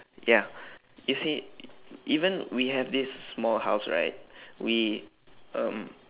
ya you see even we have this small house right we um